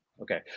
Okay